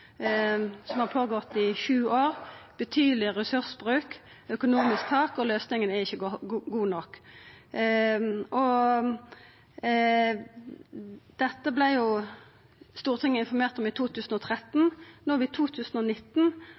betydeleg ressursbruk og økonomisk tap, og løysinga er ikkje god nok. Dette vart Stortinget informert om i 2013. No er vi i 2019.